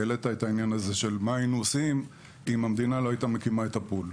העלית את העניין של מה היינו עושים אם המדינה לא הייתה מקימה את הפול.